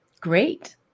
Great